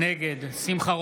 נגד שמחה